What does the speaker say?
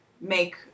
make